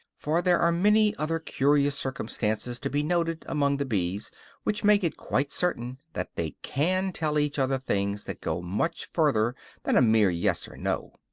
for there are many other curious circumstances to be noted among the bees which make it quite certain that they can tell each other things that go much further than a mere yes or no.